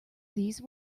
these